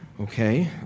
Okay